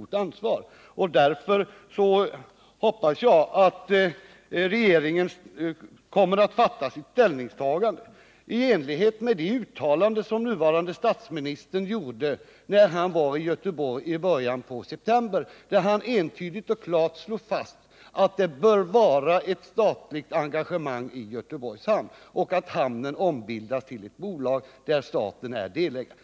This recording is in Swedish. och ansvar, och därför hoppas jag att regeringen kommer att göra ett ställningstagande i enlighet med det uttalande nuvarande statsministern gjorde i Göteborg i början av september. Han slog då entydigt och klart fast att det bör vara ett statligt engagemang i Göteborgs hamn och att hamnen bör ombildas till ett bolag där staten är delägare.